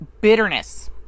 bitterness